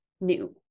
new